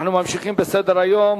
אנחנו ממשיכים בסדר-היום: